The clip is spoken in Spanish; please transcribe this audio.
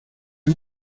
han